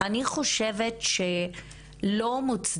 אני חושבת שהתגובה שלך בכלל לא מוצדקת.